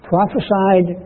prophesied